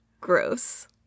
gross